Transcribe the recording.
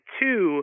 two